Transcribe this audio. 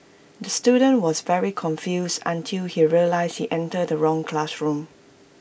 the student was very confused until he realised he entered the wrong classroom